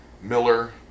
miller